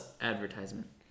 advertisement